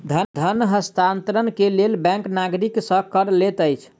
धन हस्तांतरण के लेल बैंक नागरिक सॅ कर लैत अछि